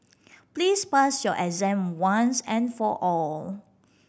please pass your exam once and for all